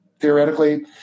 theoretically